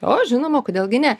o žinoma kodėl gi ne